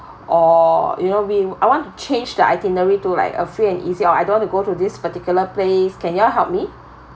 or you know we I want to change the itinerary to like a free and easy or I don't want to go to this particular place can you all help me